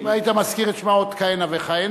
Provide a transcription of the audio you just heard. אם היית מזכיר את שמה עוד כהנה וכהנה,